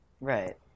Right